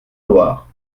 loire